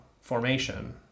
formation